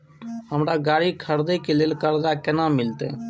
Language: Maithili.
हमरा गाड़ी खरदे के लिए कर्जा केना मिलते?